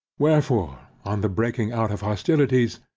wherefore, on the breaking out of hostilities,